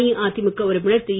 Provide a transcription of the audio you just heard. அஇஅதிமுக உறுப்பினர் திரு